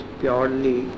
purely